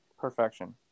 perfection